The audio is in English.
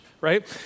right